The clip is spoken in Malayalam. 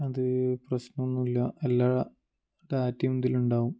അത് പ്രശ്നമൊന്നുമില്ല എല്ലാ ഡാറ്റയും ഇതിൽ ഉണ്ടാവും